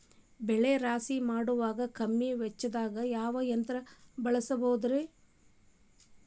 ಬೆಳೆ ರಾಶಿ ಮಾಡಾಕ ಕಮ್ಮಿ ವೆಚ್ಚದಾಗ ಯಾವ ಯಂತ್ರ ಬಳಸಬಹುದುರೇ?